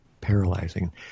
paralyzing